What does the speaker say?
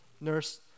Nurse